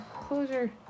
closure